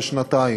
של שנתיים,